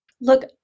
Look